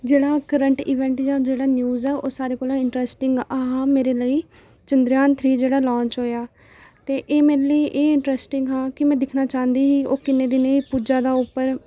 जेह्ड़ा current event वर्तमान घटना जां जेह्ड़ा न्यूज खबर ऐ ओह् सारें कोला इंटरैस्टिंग दिलचस्प ऐ हा मेरे लेई चंद्रयान थ्री त्रै जेह्ड़ा लांच नमां प्रदर्शन होएआ ते एह् मेरे लेई एह् इंटरैस्टिंग दिलचस्प हा कि में दिक्खना चांह्दी ही ओह् किन्ने दिनें ई पुज्जा दा उप्पर